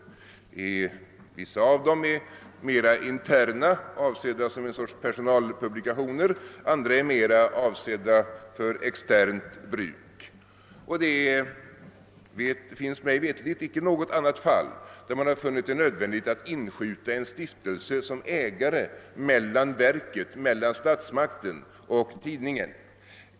Vissa av dem är mera interna och avsedda som en sorts personalpublikationer, andra är mera avsedda för externt bruk. Man har mig veterligt icke i något annat fall funnit det nödvändigt att inskjuta en stiftelse som ägare mellan verket, d. v. s. statsmakten, och tidningen.